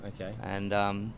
Okay